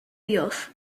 dios